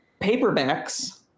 paperbacks